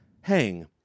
hang